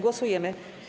Głosujemy.